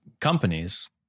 companies